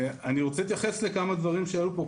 אני רוצה להתייחס לכמה דברים שעלו פה.